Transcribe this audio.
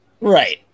Right